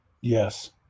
Yes